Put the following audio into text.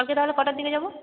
কালকে তাহলে কটার দিকে যাব